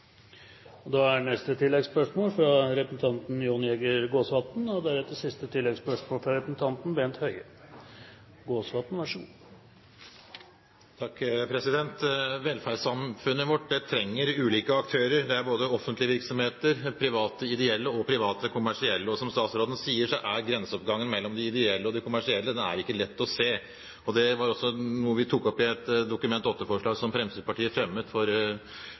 Jon Jæger Gåsvatn – til oppfølgingsspørsmål. Velferdssamfunnet vårt trenger ulike aktører, både offentlige virksomheter, private ideelle og private kommersielle, og som statsråden sier, er ikke grenseoppgangen mellom de ideelle og de kommersielle lett å se. Dette var også noe vi tok opp i et Dokument 8-forslag som Fremskrittspartiet fremmet for